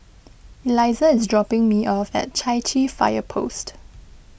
Eliza is dropping me off at Chai Chee Fire Post